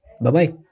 Bye-bye